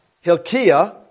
Hilkiah